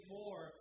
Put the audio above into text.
more